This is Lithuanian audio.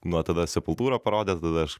nuo tada sepultūrą parodė tada aš